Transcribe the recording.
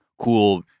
cool